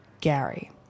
Gary